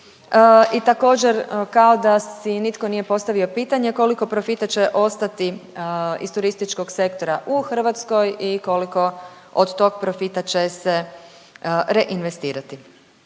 I također kao da si nitko nije postavio pitanje koliko profita će ostati iz turističkog sektora u Hrvatskoj i koliko od tog profita će se reinvestirati.